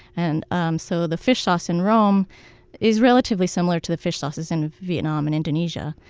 and um so the fish sauce in rome is relatively similar to the fish sauces in vietnam and indonesia.